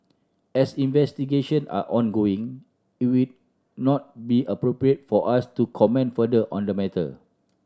as investigation are ongoing it will not be appropriate for us to comment further on the matter